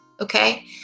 okay